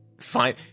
Fine